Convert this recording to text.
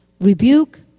rebuke